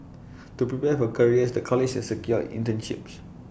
to prepare for careers the college has secured internships